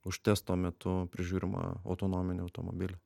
už testo metu prižiūrimą autonominį automobilį